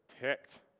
ticked